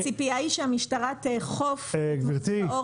והציפייה היא שהמשטרה תאכוף את מחזיר האור --- גברתי,